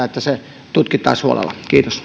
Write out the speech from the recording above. että se tutkittaisiin huolella